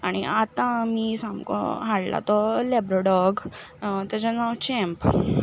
आनी आतां आमी सामको हाडला तो लॅब्रडोग ताचें नांव चॅम्प